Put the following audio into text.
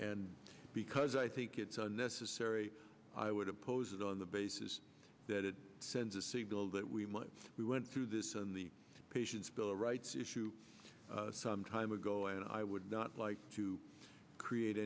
and because i think it's unnecessary i would oppose it on the basis that it sends a signal that we might we went through this on the patients a rights issue some time ago and i would not like to create